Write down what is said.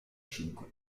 cinque